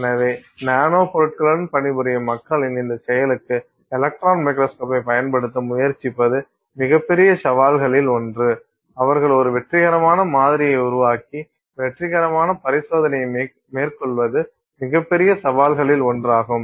எனவே நானோ பொருட்களுடன் பணிபுரியும் மக்களின் இந்தச் செயலுக்கு எலக்ட்ரான் மைக்ரோஸ்கோபியைப் பயன்படுத்த முயற்சிப்பது மிகப்பெரிய சவால்களில் ஒன்று அவர்கள் ஒரு வெற்றிகரமான மாதிரியை உருவாக்கி வெற்றிகரமான பரிசோதனையை மேற்கொள்வது மிகப்பெரிய சவால்களில் ஒன்றாகும்